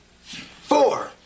four